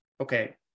okay